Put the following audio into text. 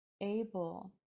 able